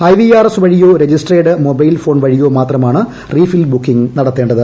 I V R S വഴിയോ registered mobile phone വഴിയോ മാത്രമാണ് റിഫിൽ ബുക്കിങ് നടത്തേണ്ടത്